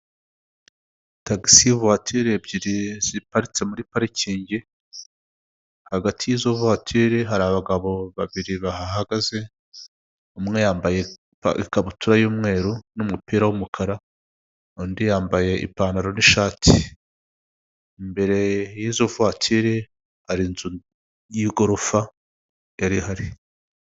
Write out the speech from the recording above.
tagisi vowatire ebyiri ziparitse muri parikingi hagati y'izo vowatiri hari abagabo babiri bahagaze, umwe yambaye ikabutura y'umweru n'umupira w'umukara undi yambaye ipantaro n'ishati. Imbere y'izo vowatire hari inzu y'igorofa yarihari.